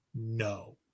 no